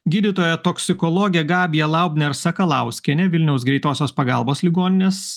gydytoja toksikologė gabija laubner sakalauskienė vilniaus greitosios pagalbos ligoninės